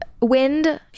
wind